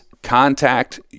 Contact